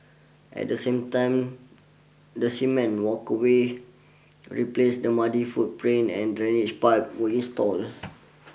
at the same time the cement walkaway replaced the muddy foot print and drainage pipes were installed